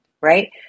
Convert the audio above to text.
right